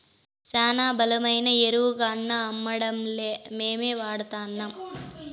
శానా బలమైన ఎరువుగాన్నా అమ్మడంలే మేమే వాడతాన్నం